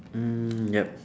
mm yup